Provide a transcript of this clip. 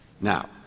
Now